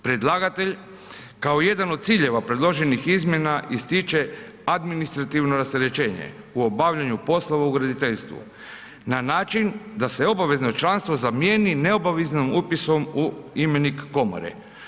Predlagatelj kao jedan od ciljeva predloženih izmjena ističe administrativno rasterećenje u obavljanju poslova u graditeljstvu na način da se obavezno članstvo zamijeni neobaveznim upisom u imenik komore.